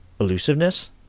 elusiveness